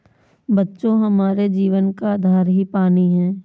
बच्चों हमारे जीवन का आधार ही पानी हैं